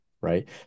right